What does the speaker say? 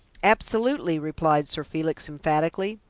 absolutely, replied sir felix emphatically.